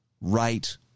right